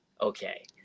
okay